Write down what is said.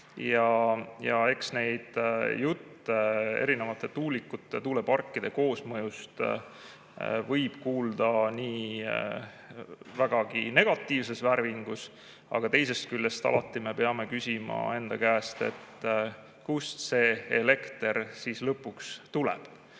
Ja eks neid jutte erinevate tuulikute ja tuuleparkide koosmõjust võib kuulda vägagi negatiivses värvingus, aga teisest küljest, alati me peame küsima enda käest, kust see elekter siis lõpuks tuleb.